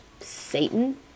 Satan